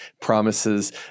promises